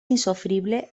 insofrible